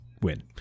win